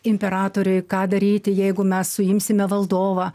imperatoriui ką daryti jeigu mes suimsime valdovą